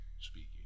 speaking